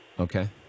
Okay